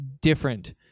different